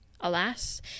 alas